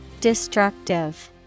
Destructive